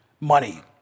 money